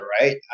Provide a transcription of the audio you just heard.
right